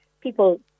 people